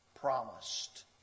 promised